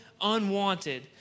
unwanted